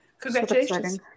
Congratulations